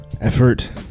effort